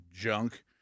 junk